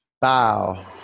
bow